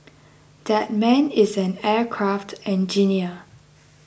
that man is an aircraft engineer